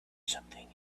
something